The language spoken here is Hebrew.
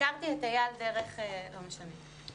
"הכרתי את אייל דרך" לא משנה.